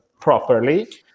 properly